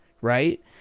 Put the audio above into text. right